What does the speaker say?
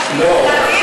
לא,